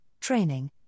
training